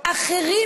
אחרים,